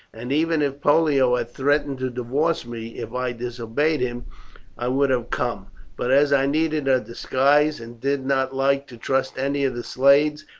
and even if pollio had threatened to divorce me if i disobeyed him i would have come but as i needed a disguise, and did not like to trust any of the slaves,